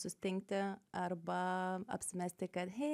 sustingti arba apsimesti kad hei